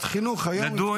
יריב,